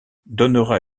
donnera